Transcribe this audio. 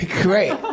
Great